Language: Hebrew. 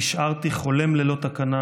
נשארתי חולם ללא תקנה,